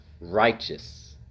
righteous